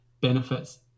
benefits